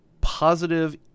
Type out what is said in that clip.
positive